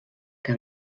que